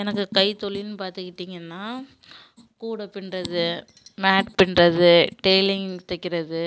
எனக்குக் கைத் தொழில்னு பார்த்துக்கிட்டிங்கன்னா கூடை பின்னுறது மேட் பின்னுறது டெய்லரிங் தைக்கிறது